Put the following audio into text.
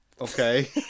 Okay